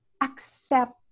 accept